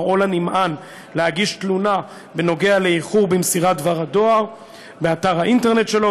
או לנמען להגיש תלונה בנוגע לאיחור במסירת דבר הדואר באתר האינטרנט שלו,